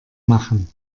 machen